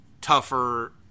tougher